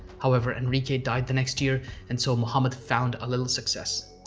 however, enrique died the next year and so, muhammad found a little success.